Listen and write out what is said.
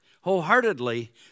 wholeheartedly